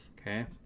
okay